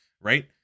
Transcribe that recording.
right